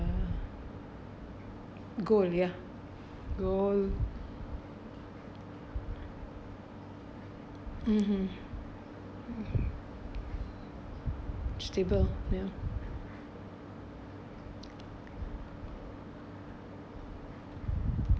uh gold ya gold (uh huh) stable ya